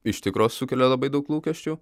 iš tikro sukelia labai daug lūkesčių